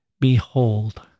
Behold